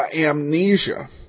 amnesia